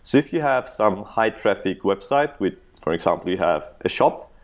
so if you have some high-traffic website with for example, you have a shop,